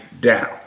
down